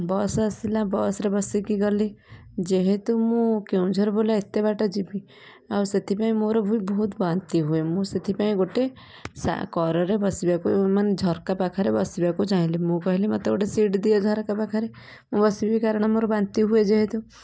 ବସ ଆସିଲା ବସରେ ବସିକି ଗଲି ଯେହେତୁ ମୁଁ କେଉଁଝର ବୁଲା ଏତେ ବାଟ ଯିବି ଆଉ ସେଥିପାଇଁ ମୋର ବି ବହୁତ ବାନ୍ତି ହୁଏ ମୁଁ ସେଥିପାଇଁ ଗୋଟେ ସା କରରେ ବସିବାକୁ ମାନେ ଝରକା ପାଖରେ ବସିବାକୁ ଚାହିଁଲି ମୁଁ କହିଲି ମତେ ଗୋଟେ ସିଟ ଦିଅ ଝରକା ପାଖରେ ମୁଁ ବସିବି କାରଣ ମୋର ବାନ୍ତି ହୁଏ ଯେହେତୁ